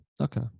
Okay